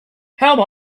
how